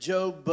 Job